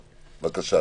בבקשה.